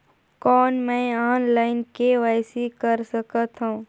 कौन मैं online KYC कर सकथव?